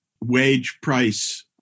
wage-price